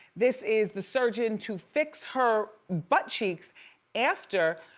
this is the surgeon to fix her butt cheeks after